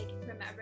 remember